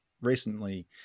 recently